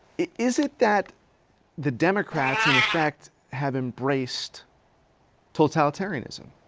is it that the democrats in effect have embraced totalitarianism?